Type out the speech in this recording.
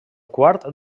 quart